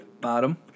Bottom